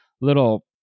little